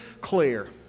clear